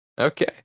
Okay